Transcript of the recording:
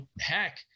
heck